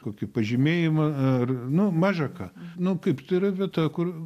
kokį pažymėjimą ar nu maža ką nu kaip tai yra vieta kur